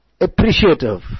appreciative